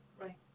Right